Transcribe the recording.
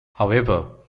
however